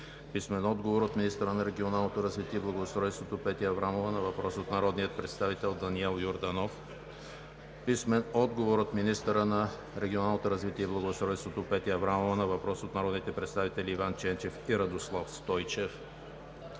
Сидорова; - министъра на регионалното развитие и благоустройството – Петя Аврамова, на въпрос от народния представител Даниел Йорданов; - министъра на регионалното развитие и благоустройството – Петя Аврамова, на въпрос от народните представители Иван Ченчев и Радослав Стойчев;